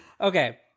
Okay